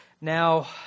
Now